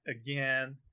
again